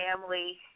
family